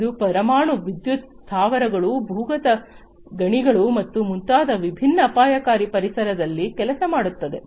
ಇದು ಪರಮಾಣು ವಿದ್ಯುತ್ ಸ್ಥಾವರಗಳು ಭೂಗತ ಗಣಿಗಳು ಮತ್ತು ಮುಂತಾದ ವಿಭಿನ್ನ ಅಪಾಯಕಾರಿ ಪರಿಸರದಲ್ಲಿ ಕೆಲಸ ಮಾಡುತ್ತದೆ